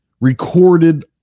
recorded